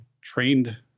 trained